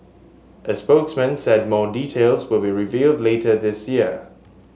a spokesman said more details will be revealed later this year